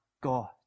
God